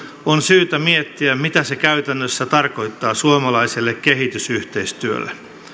on syytä miettiä mitä se käytännössä tarkoittaa suomalaiselle kehitysyhteistyölle